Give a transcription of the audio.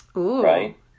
Right